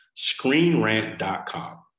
ScreenRant.com